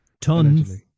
Tons